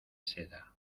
seda